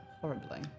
horribly